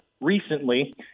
recently